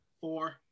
Four